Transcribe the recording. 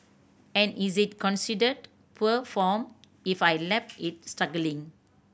and is it considered poor form if I left it struggling